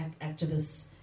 activists